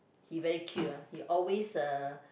he very cute ah he always uh